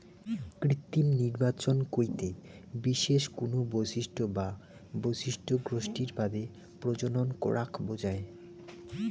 কৃত্রিম নির্বাচন কইতে বিশেষ কুনো বৈশিষ্ট্য বা বৈশিষ্ট্য গোষ্ঠীর বাদে প্রজনন করাক বুঝায়